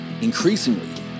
Increasingly